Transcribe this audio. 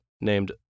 named